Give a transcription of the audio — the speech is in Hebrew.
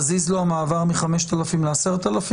מזיז לו המעבר מ-5,000 ל-10,000?